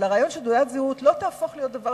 הרעיון הוא שתעודת זהות לא תהפוך להיות דבר